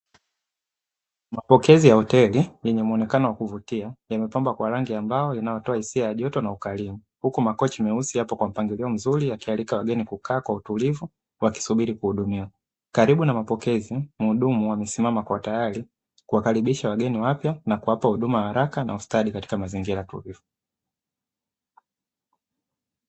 Mapokezi ya hoteli yenye muonekano ya kuvutia yamepambwa kwa rangi ya mbao na kutoa hisia ya joto na ukarimu, huku makochi meusi yapo kwa mpangilio mzuri wakialika wageni na kukaa kwa utulivu wakisubiri kuhudumiwama. Karibu na mapokezi muhudumu amesimame kwa tayari kuwakaribisha wageni wapya na kuwapa huduma haraka na ustadi katika mazingira tulivu.